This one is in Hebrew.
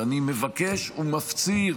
ואני מבקש ומפציר